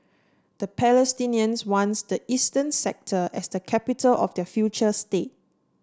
the Palestinians want the eastern sector as the capital of their future state